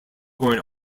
going